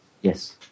Yes